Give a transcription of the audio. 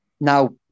now